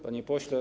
Panie Pośle!